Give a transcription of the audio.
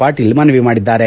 ಪಾಟೀಲ ಮನವಿ ಮಾಡಿದ್ದಾರೆ